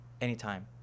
Anytime